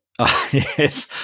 Yes